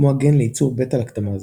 כמו הגן לייצור בטא-לקטמאז,